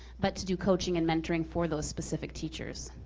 but to do coaching and mentoring for those specific teachers.